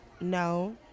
No